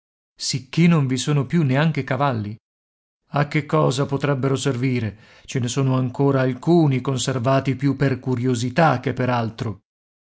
sicché non vi sono più neanche cavalli a che cosa potrebbero servire ce ne sono ancora alcuni conservati più per curiosità che